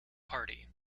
party